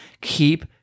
Keep